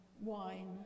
wine